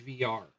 VR